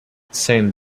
saint